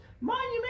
monument